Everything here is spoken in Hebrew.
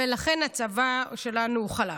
לכן הצבא שלנו חלש.